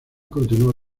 continuó